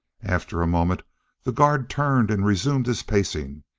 after a moment the guard turned and resumed his pacing,